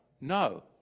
No